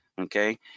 okay